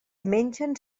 mengen